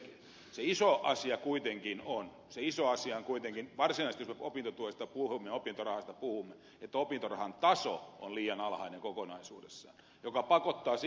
se iso asia kuitenkin on jos varsinaisesti opintotuesta opintorahasta puhumme että opintorahan taso on liian alhainen kokonaisuudessaan mikä pakottaa siihen mistä ed